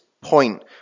point